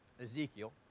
Ezekiel